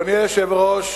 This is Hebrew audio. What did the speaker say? אדוני היושב-ראש,